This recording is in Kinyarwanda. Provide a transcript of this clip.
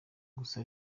gusa